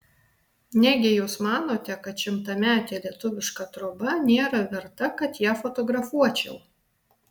negi jūs manote kad šimtametė lietuviška troba nėra verta kad ją fotografuočiau